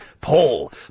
Paul